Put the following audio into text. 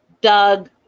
Doug